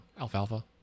Alfalfa